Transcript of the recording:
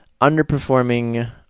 underperforming